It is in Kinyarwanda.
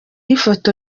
ifoto